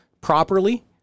properly